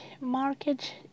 market